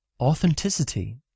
authenticity